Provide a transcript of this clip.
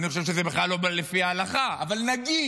אני חושב שזה בכלל לא לפי ההלכה, אבל נגיד.